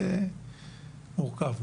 זה מורכב.